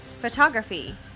photography